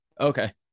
Okay